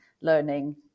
learning